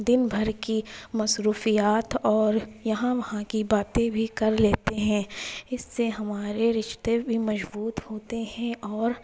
دن بھر کی مصروفیات اور یہاں وہاں کی باتیں بھی کر لیتے ہیں اس سے ہمارے رشتے بھی مضبوط ہوتے ہیں اور